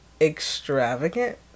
extravagant